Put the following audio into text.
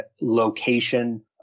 location